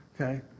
okay